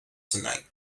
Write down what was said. tonight